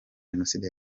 genocide